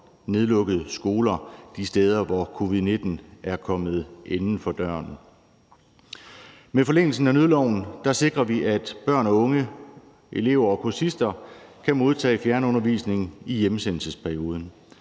nedlukket skoler de steder, hvor covid-19 er kommet inden for døren. Med forlængelsen af nødloven sikrer vi, at børn og unge, elever og kursister kan modtage fjernundervisning i hjemsendelsesperioden,